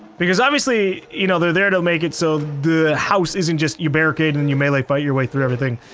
because obviously you know they're there to make it so the house isn't just you barricade, and you meele like fight your way through everything.